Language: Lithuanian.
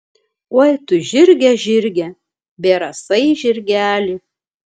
oi tu žirge žirge bėrasai žirgeli